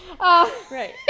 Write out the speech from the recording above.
right